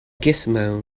gizmo